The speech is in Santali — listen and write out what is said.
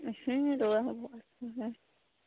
ᱨᱩᱣᱟᱹ ᱦᱚ ᱵᱚᱦᱚᱜ ᱦᱟᱹᱥᱩ ᱦᱚ